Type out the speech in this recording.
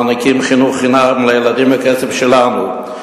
מעניקים חינוך חינם לילדים מהכסף שלנו.